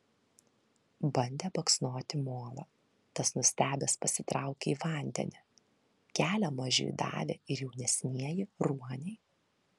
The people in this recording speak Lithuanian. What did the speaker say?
bandė baksnoti molą tas nustebęs pasitraukė į vandenį kelią mažiui davė ir jaunesnieji ruoniai